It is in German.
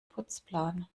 putzplan